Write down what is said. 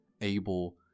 able